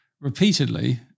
repeatedly